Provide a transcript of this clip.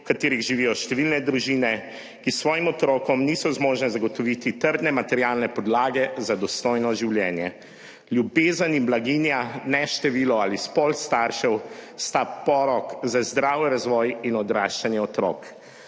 v katerih živijo številne družine, ki svojim otrokom niso zmožne zagotoviti trdne materialne podlage za dostojno življenje. Ljubezen in blaginja, ne število ali spol staršev sta porok za zdrav razvoj in odraščanje otrok.